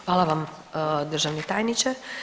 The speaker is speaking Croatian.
Hvala vam državni tajniče.